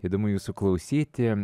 įdomu jūsų klausyti